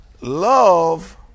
love